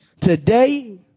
today